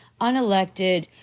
unelected